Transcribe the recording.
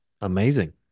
amazing